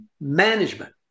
Management